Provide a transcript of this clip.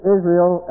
Israel